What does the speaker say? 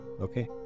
Okay